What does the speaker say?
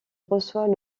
reçoit